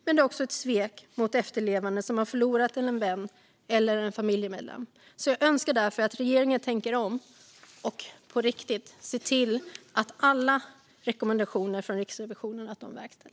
Men det är också ett svek mot efterlevande, som har förlorat en vän eller en familjemedlem. Jag önskar därför att regeringen tänker om och på riktigt ser till att alla rekommendationer från Riksrevisionen verkställs.